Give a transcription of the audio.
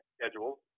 schedule